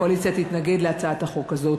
הקואליציה תתנגד להצעת החוק הזאת.